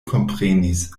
komprenis